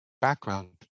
background